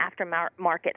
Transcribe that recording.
aftermarket